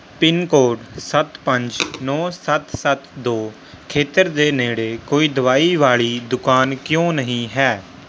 pin code ਸੱਤ ਪੰਜ ਨੌਂ ਸੱਤ ਸੱਤ ਦੋ ਖੇਤਰ ਦੇ ਨੇੜੇ ਕੋਈ ਦਵਾਈ ਵਾਲੀ ਦੁਕਾਨ ਕਿਉਂ ਨਹੀਂ ਹੈ